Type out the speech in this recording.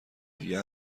دیگه